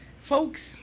Folks